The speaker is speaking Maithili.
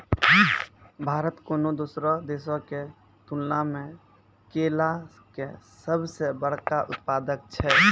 भारत कोनो दोसरो देशो के तुलना मे केला के सभ से बड़का उत्पादक छै